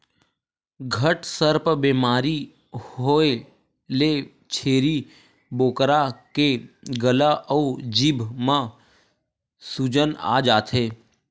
घटसर्प बेमारी होए ले छेरी बोकरा के गला अउ जीभ म सूजन आ जाथे